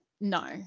no